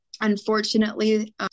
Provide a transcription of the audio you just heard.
unfortunately